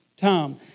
Tom